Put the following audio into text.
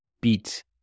beat